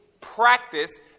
practice